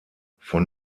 von